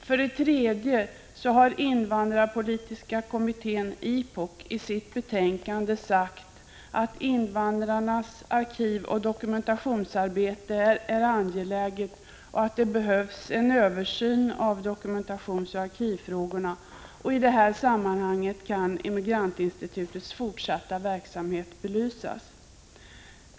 För det tredje har invandrarpolitiska kommittén, IPOK, i sitt betänkande sagt att invandrarnas arkivoch dokumentationsarbete är angeläget och att det behövs en översyn av dokumentationsoch arkivfrågorna. I detta sammanhang kan Immigrantinstitutets fortsatta verksamhet aktualiseras.